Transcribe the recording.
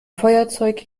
feuerzeug